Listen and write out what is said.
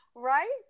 right